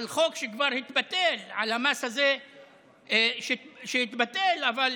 על חוק שכבר התבטל, על המס הזה שהתבטל, אבל